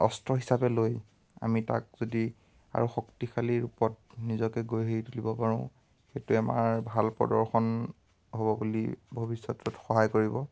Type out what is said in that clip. অস্ত্ৰ হিচাপে লৈ আমি তাক যদি আৰু শক্তিশালী ৰূপত নিজকে গঢ়ি তুলিব পাৰোঁ সেইটোৱে আমাৰ ভাল প্ৰদৰ্শন হ'ব বুলি ভৱিষ্যতত সহায় কৰিব